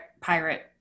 pirate